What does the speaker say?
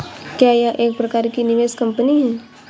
क्या यह एक प्रकार की निवेश कंपनी है?